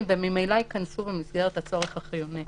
כאן והם ממילא ייכנסו במסגרת הצורך החיוני.